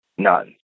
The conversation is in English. None